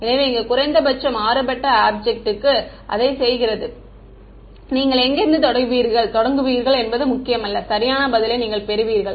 எனவே குறைந்த மாறுபட்ட ஆப்ஜெக்ட்க்கு அது இதை செய்கிறது நீங்கள் எங்கிருந்து தொடங்குவீர்கள் என்பது முக்கியமல்ல சரியான பதிலை நீங்கள் பெறுவீர்கள்